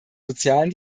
sozialen